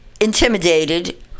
intimidated